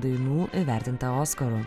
dainų įvertinta oskaru